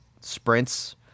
sprints